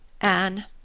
Anne